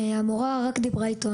א': המורה רק דיברה איתו,